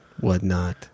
whatnot